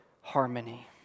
harmony